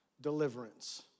deliverance